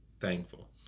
thankful